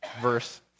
Verse